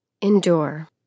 Endure